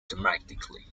dramatically